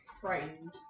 frightened